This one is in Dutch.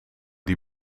die